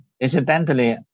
incidentally